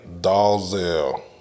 Dalzell